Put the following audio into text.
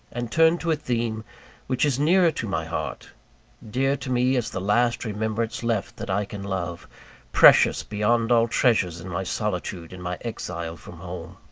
and turn to a theme which is nearer to my heart dear to me as the last remembrance left that i can love precious beyond all treasures in my solitude and my exile from home.